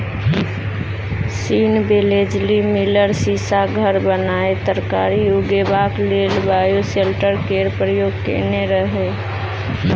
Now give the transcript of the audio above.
scene बेलेजली मिलर सीशाक घर बनाए तरकारी उगेबाक लेल बायोसेल्टर केर प्रयोग केने रहय